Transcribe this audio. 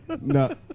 No